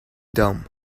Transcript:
dumb